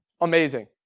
Amazing